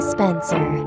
Spencer